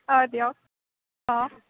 অঁ দিয়ক অঁ